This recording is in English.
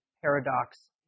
paradox